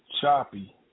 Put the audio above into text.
choppy